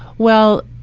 well,